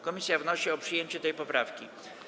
Komisja wnosi o przyjęcie tej poprawki.